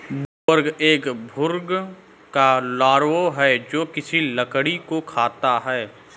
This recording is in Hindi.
वुडवर्म एक भृंग का लार्वा है जो की लकड़ी को खाता है